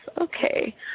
Okay